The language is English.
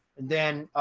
and then,